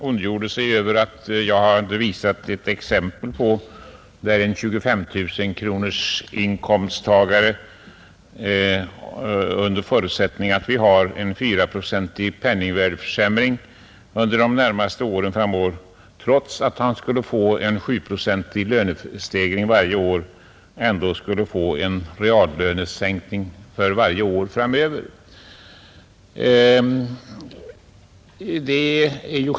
Herr Brandt vände sig mot det exempel jag tog, där en inkomsttagare i 25 000-kronorsklassen under förutsättning av en 4-procentig penningvärdeförsämring under de närmaste åren får vidkännas en reallönesänkning varje år, även om han får en löneförbättring på 7 procent per år.